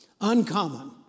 uncommon